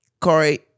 Corey